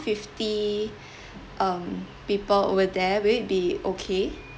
fifty um people over there will it be okay